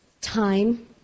time